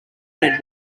men